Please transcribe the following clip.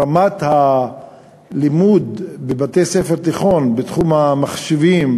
רמת הלימוד בבתי-הספר התיכוניים בתחום המחשבים,